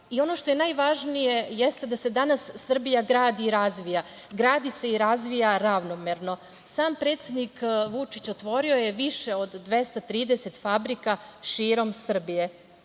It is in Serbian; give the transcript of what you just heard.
što je najvažnije jeste da se danas Srbija gradi i razvija, gradi se i razvija ravnomerno. Sam predsednik Vučić otvorio je više od 230 fabrika širom Srbije.